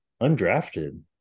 undrafted